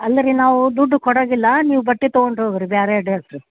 ಅಲ್ಲರಿ ನಾವು ದುಡ್ಡು ಕೊಡೋದಿಲ್ಲ ನೀವು ಬಟ್ಟೆ ತಗೊಂಡು ಹೋಗಿರಿ ಬೇರೆ ಡ್ರಸ್ಸ